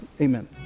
amen